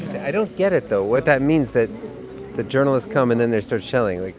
i don't get it though, what that means, that the journalists come, and then they start shelling, like